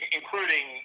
Including